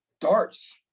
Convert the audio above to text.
darts